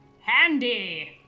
Handy